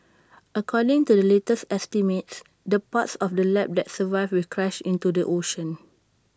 according to the latest estimates the parts of the lab that survive will crash into the ocean